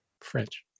French